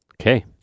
Okay